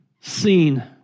seen